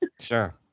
Sure